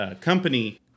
company